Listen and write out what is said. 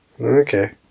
Okay